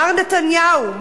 מר נתניהו,